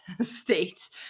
state